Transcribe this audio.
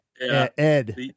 Ed